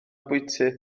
bwyty